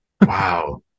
Wow